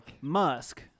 musk